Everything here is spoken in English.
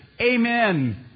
Amen